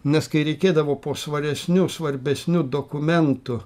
nes kai reikėdavo po svaresniu svarbesniu dokumentu